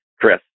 Chris